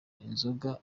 inzoga